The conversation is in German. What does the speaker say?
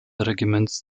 regiments